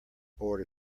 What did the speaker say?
board